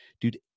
Dude